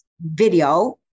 video